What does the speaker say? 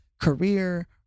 career